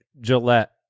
Gillette